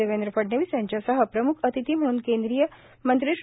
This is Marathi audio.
देवेंद्र फडणवीस यांच्यासह प्रम्ख अतिथी म्हणून केंद्रीय मंत्री श्री